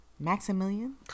Maximilian